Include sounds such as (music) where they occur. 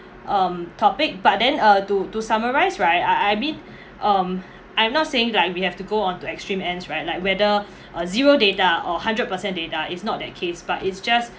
um topic but then uh to to summarise right I I mean (breath) um I'm not saying that we have to go on to extreme ends right like whether (breath) uh zero data or hundred percent data is not that case but it's just